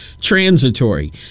transitory